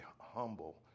humble